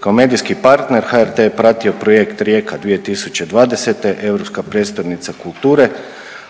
Kao medijski partner, HRT je pratio projekt Rijeka 2020., europska prijestolnica kulture,